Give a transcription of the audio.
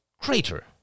crater